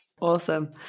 Awesome